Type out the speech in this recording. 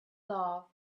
love